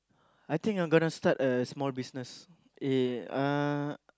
I think I'm gonna start a small business in uh